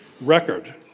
record